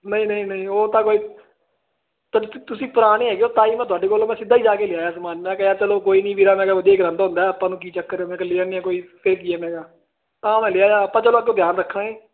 ਨਹੀਂ ਨਹੀਂ ਉਹ ਤਾਂ ਕੋਈ ਤੁਸੀਂ ਭਰਾ ਨਹੀਂ ਹੈਗੇ ਉਹ ਤਾਂ ਹੀ ਮੈਂ ਤੁਹਾਡੇ ਕੋਲੋਂ ਮੈਂ ਸਿੱਧਾ ਹੀ ਜਾ ਕੇ ਲਿਆ ਸਮਾਨ ਨਾ ਗਿਆ ਚਲੋ ਕੋਈ ਨਹੀਂ ਵੀਰਾਂ ਦਾ ਵਧੀਆ ਕਲੱਬ ਹੁੰਦਾ ਆਪਾਂ ਨੂੰ ਕੀ ਚੱਕਰ